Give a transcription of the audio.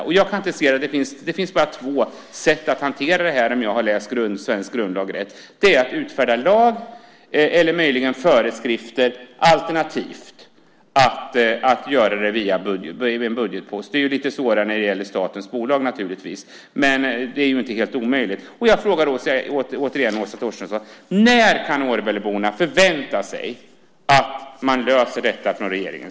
Om jag har läst svensk grundlag rätt finns det bara två sätt att hantera detta, och det är att utfärda en lag eller möjligen föreskrifter alternativt att göra något via en budgetpost. Det senare är ju lite svårare när det är statens bolag, men det är inte helt omöjligt. Jag frågar återigen Åsa Torstensson: När kan Årböleborna förvänta sig att regeringen löser detta problem?